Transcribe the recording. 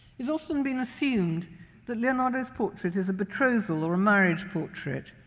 it's often been assumed that leonardo's portrait is a betrothal or a marriage portrait.